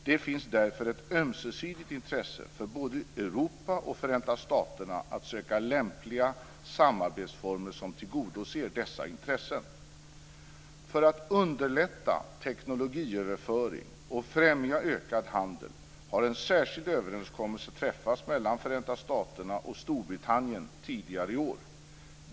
Det finns därför ett ömsesidigt intresse för både Europa och Förenta staterna av att söka lämpliga samarbetsformer som tillgodoser dessa intressen. För att man ska underlätta teknologiöverföring och främja ökad handel har en särskild överenskommelse träffats mellan Förenta staterna och Storbritannien tidigare i år.